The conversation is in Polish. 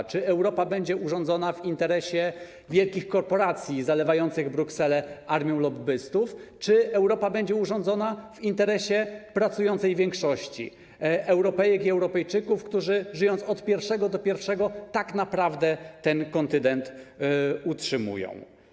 Chodzi o to, czy Europa będzie urządzona w interesie wielkich korporacji zalewających Brukselę armią lobbystów, czy Europa będzie urządzona w interesie pracującej większości, Europejek i Europejczyków, którzy żyjąc od pierwszego do pierwszego tak naprawdę ten kontynent utrzymują.